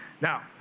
Now